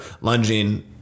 lunging